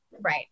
Right